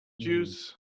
juice